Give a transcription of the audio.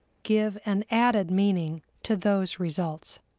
give an added meaning to those results.